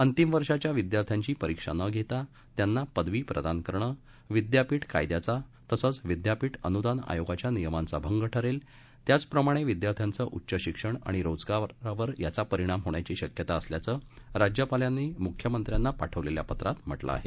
अंतिम वर्षाच्या विद्यार्थ्यांची परीक्षा न घेता त्यांना पदवी प्रदान करणं विद्यापीठ कायद्याचा तसंच विद्यापीठ अनुदान आयोगाच्या नियमांचा भंग ठरेल त्याचप्रमाणे विद्यार्थ्यांचं उच्च शिक्षण आणि रोजगारावर याचा परिणाम होण्याची शक्यता असल्याचं राज्यपालांनी मुख्यमंत्र्यांना पाठवलेल्या पत्रात म्हटलं आहे